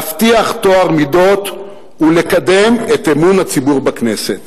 להבטיח טוהר מידות ולקדם את אמון הציבור בכנסת."